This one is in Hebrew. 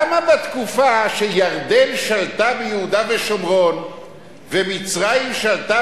למה בתקופה שירדן שלטה ביהודה ושומרון ומצרים שלטה